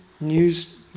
news